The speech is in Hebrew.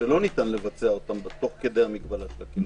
שלא ניתן לבצע תוך כדי מגבלת המרחק.